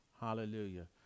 Hallelujah